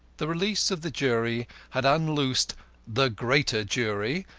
the release of the jury had unloosed the greater jury,